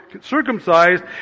circumcised